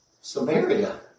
Samaria